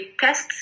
tests